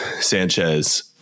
Sanchez